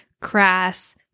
crass